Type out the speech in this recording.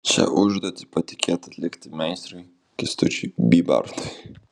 šią užduotį patikėta atlikti meistrui kęstučiui bybartui